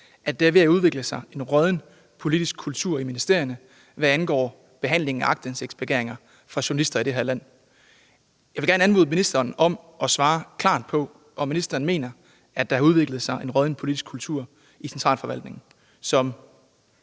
at der er ved at udvikle sig en rådden politisk kultur i ministerierne, hvad angår behandling af aktindsigtsbegæringer fra journalister i det her land. Jeg vil gerne anmode ministeren om at svare klart på, om ministeren mener, at der har udviklet sig en rådden politisk kultur i centralforvaltningen, som